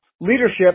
leadership